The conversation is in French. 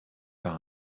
par